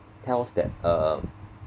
tells that um